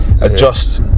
adjust